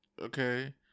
Okay